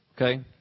Okay